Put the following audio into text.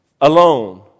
alone